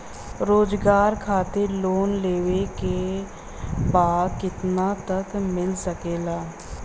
रोजगार खातिर लोन लेवेके बा कितना तक मिल सकेला?